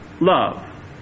love